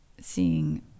seeing